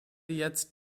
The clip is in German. jetzt